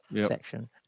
section